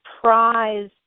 prize